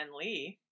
Lee